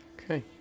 Okay